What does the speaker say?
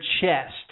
chest